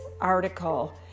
article